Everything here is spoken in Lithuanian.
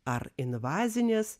ar invazinės